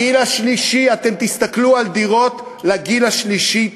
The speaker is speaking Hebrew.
הגיל השלישי, אתם תסתכלו על דירות לגיל השלישי.